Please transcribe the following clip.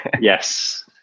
Yes